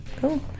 cool